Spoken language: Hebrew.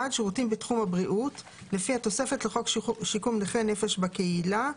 שירותים בתחום הבריאות לפי התוספת לחוק שיקום נכי נפש בקהילה,